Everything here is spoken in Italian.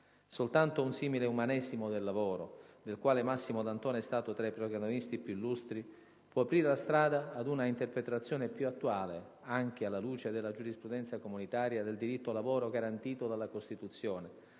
Soltanto un simile "umanesimo del lavoro", del quale Massimo D'Antona è stato tra i protagonisti più illustri, può aprire la strada ad una interpretazione più attuale, anche alla luce della giurisprudenza comunitaria, del diritto al lavoro garantito dalla Costituzione,